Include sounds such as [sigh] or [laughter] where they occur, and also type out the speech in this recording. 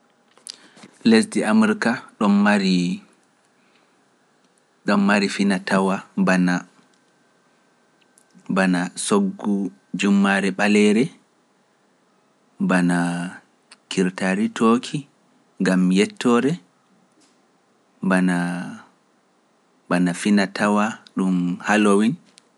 [noise] Lesdi Amraka ɗon mari fina tawa bana soggu jummaare ɓaleere, bana kirtaari tooki, ngam yettoore, bana fina tawa ɗum halloween.